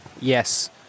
yes